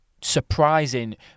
surprising